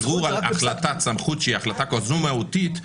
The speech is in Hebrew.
ערעור על החלטת סמכות שהיא החלטה כזו מהותית,